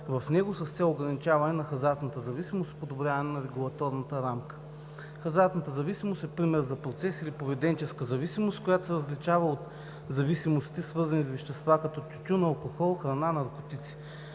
в него, с цел ограничаване на хазартната зависимост и подобряване на регулаторната рамка. Хазартната зависимост е пример за процес или поведенческа зависимост, която се различава от зависимостите, свързани с вещества, като тютюн, алкохол, храна, наркотици.